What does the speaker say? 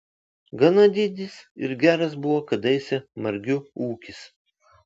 gana didis ir geras buvo kadaise margių ūkis